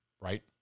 right